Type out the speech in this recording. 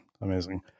Amazing